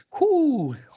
Whoo